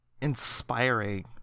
inspiring